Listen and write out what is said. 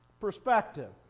perspective